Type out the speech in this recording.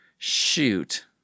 Shoot